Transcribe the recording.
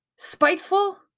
spiteful